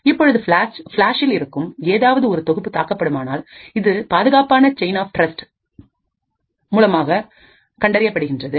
இப்பொழுது ஃபிளாஸில் இருக்கும் ஏதாவது ஒரு தொகுப்பு தாக்கப்படுமானால் இது பாதுகாப்பான செயின் ஆப் டிரஸ் மூலமாக கண்டறியப்படுகிறது